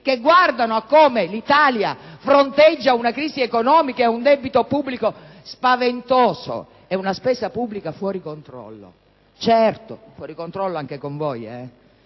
che guardano a come l'Italia fronteggia una crisi economica e un debito pubblico spaventoso e una spesa pubblica fuori controllo - certo, fuori controllo - anche con voi: con